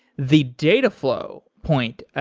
the data flow point.